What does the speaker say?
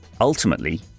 Ultimately